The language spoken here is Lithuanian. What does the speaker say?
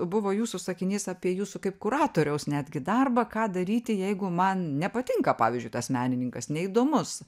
buvo jūsų sakinys apie jūsų kaip kuratoriaus netgi darbą ką daryti jeigu man nepatinka pavyzdžiui tas menininkas neįdomus